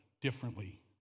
differently